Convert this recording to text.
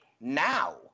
now